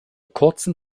kurzen